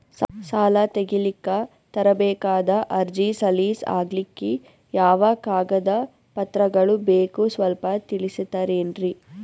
ಸಾಲ ತೆಗಿಲಿಕ್ಕ ತರಬೇಕಾದ ಅರ್ಜಿ ಸಲೀಸ್ ಆಗ್ಲಿಕ್ಕಿ ಯಾವ ಕಾಗದ ಪತ್ರಗಳು ಬೇಕು ಸ್ವಲ್ಪ ತಿಳಿಸತಿರೆನ್ರಿ?